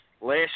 last